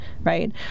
right